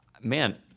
Man